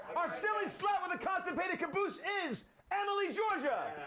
our silly slut with a constipated caboose is anna lee georgia.